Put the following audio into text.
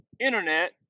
internet